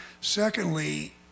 Secondly